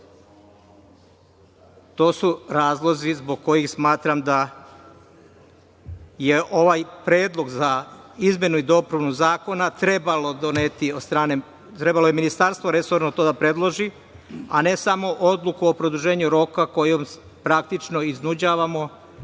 su razlozi zbog kojih smatram da je ovaj predlog za izmenu i dopunu zakona trebalo doneti, ministarstvo je trebalo to da predloži, a ne samo odluku o produženju roka kojom praktično iznuđavamo